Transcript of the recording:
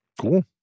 Cool